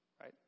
right